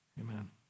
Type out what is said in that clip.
Amen